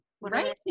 Right